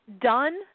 done